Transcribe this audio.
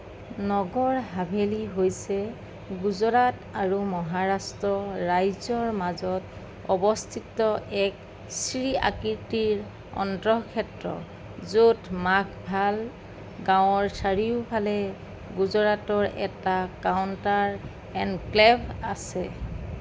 নগৰ হাভেলি হৈছে গুজৰাট আৰু মহাৰাষ্ট্ৰ ৰাজ্যৰ মাজত অৱস্থিত এক চি আকৃতিৰ অন্তঃক্ষেত্ৰ য'ত মাঘভাল গাঁৱৰ চাৰিওফালে গুজৰাটৰ এটা কাউণ্টাৰ এনক্লেভ আছে